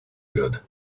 good